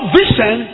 vision